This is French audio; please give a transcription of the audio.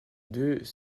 deux